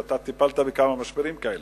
ואתה טיפלת בכמה משברים כאלה.